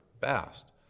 fast